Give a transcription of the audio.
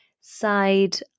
side